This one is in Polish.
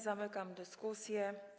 Zamykam dyskusję.